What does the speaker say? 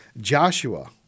Joshua